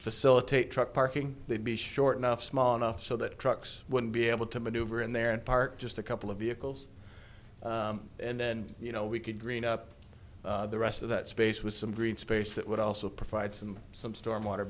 facilitate truck parking they'd be short enough small enough so that trucks wouldn't be able to maneuver in there and park just a couple of vehicles and then you know we could green up the rest of that space with some green space that would also provide some some stormwater